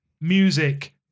music